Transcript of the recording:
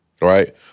right